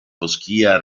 foschia